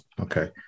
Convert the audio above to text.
Okay